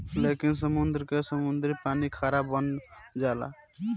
लेकिन समुंद्र के सुद्ध पानी खारा बन जाला